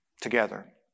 Together